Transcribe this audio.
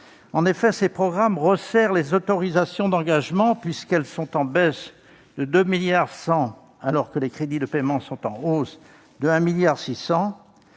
En effet, ces programmes resserrent les autorisations d'engagement puisqu'elles sont en baisse de 2,1 milliards d'euros, alors que les crédits de paiement sont en hausse de 1,6 milliard